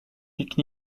pique